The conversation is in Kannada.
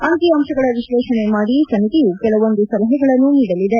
ಅಂಕಿ ಅಂಶಗಳ ವಿಶ್ಲೇಷಣೆ ಮಾಡಿ ಸಮಿತಿಯು ಕೆಲವೊಂದು ಸಲಹೆಗಳನ್ನು ನೀಡಲಿದೆ